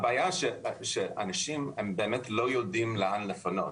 הבעיה היא שאנשים לא יודעים לאן לפנות.